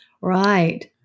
Right